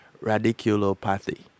radiculopathy